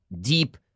deep